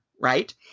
Right